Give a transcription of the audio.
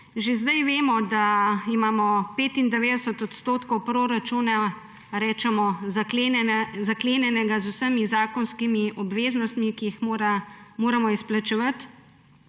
že zdaj vemo, da imamo 95 % proračuna, rečemo, zaklenjenega z vsemi zakonskimi obveznostmi, ki jim moramo izplačevati.